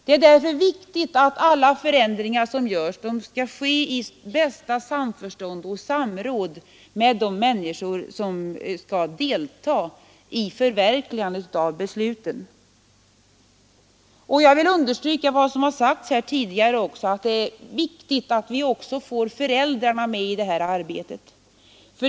Det är därför viktigt att alla förändringar sker i bästa samförstånd och samråd med de människor som skall delta i förverkligandet av besluten. Jag vill understryka vad som tidigare sagts här, nämligen att det är angeläget att vi också får föräldrarna med i detta arbete.